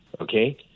Okay